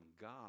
God